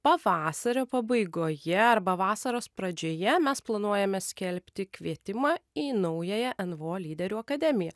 pavasario pabaigoje arba vasaros pradžioje mes planuojame skelbti kvietimą į naująją nvo lyderių akademiją